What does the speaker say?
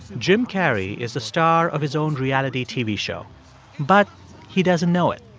jim carrey is a star of his own reality tv show but he doesn't know it.